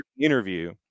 interview